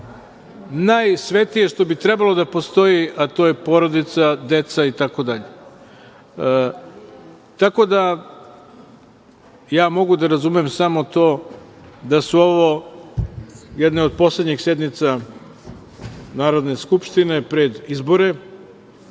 najsvetije što bi trebalo da postoji je porodica, deca i tako dalje. Tako da ja mogu da razumem samo to da su ovo jedne od poslednjih sednica Narodne Skupštine pred izbore.